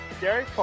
Gary